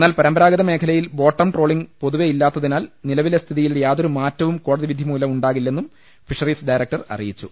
എന്നാൽ പര മ്പരാഗത മേഖലയിൽ ബോട്ടം ട്രോളിംഗ് പൊതുവെ ഇല്ലാത്തതി നാൽ നിലവിലെ സ്ഥിതിയിൽ യാതൊരുമാറ്റവും കോടതിവിധിമൂലം ഉണ്ടാകില്ലെന്നും ഫിഷറീസ് ഡയറക്ടർ അറിയിച്ചു